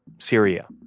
syria,